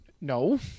no